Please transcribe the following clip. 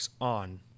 On